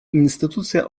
instytucja